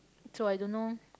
so I don't know